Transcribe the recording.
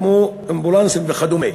כמו אמבולנסים וכדומה.